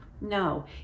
no